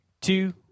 two